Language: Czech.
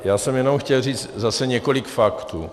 Já jsem jenom chtěl říci několik faktů.